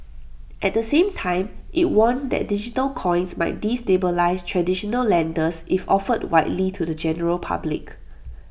at the same time IT warned that digital coins might destabilise traditional lenders if offered widely to the general public